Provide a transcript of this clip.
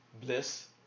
bliss